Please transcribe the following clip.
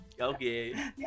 Okay